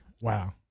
Wow